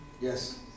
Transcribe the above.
Yes